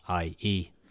Ie